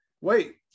wait